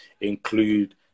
include